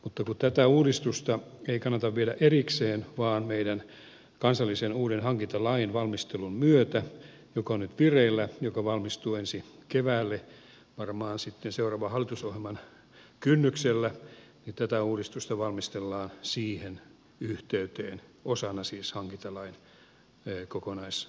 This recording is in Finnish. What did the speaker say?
mutta kun tätä uudistusta ei kannata viedä erikseen vaan meidän kansallisen uuden hankintalain valmistelun myötä joka on nyt vireillä ja joka valmistuu ensi keväänä varmaan sitten seuraavan hallitusohjelman kynnyksellä niin tätä uudistusta valmistellaan siihen yhteyteen osana siis hankintalain kokonaisuudistusta